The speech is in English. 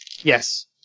Yes